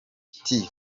tea